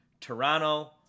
Toronto